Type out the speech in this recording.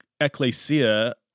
ecclesia